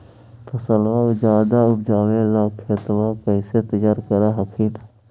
फसलबा ज्यादा उपजाबे ला खेतबा कैसे तैयार कर हखिन?